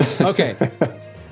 Okay